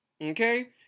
Okay